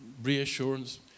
reassurance